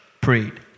prayed